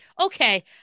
Okay